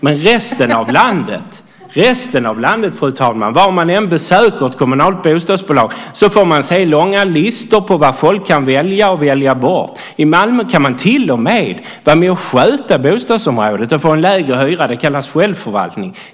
Men i resten av landet får man, fru talman - var man än besöker ett kommunalt bostadsbolag - se långa listor över vad folk kan välja och välja bort. I Malmö kan man till och med vara med och sköta bostadsområdet och få en lägre hyra. Det kallas för självförvaltning.